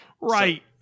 right